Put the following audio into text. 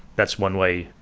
that's one way.